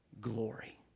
glory